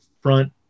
front